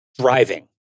Driving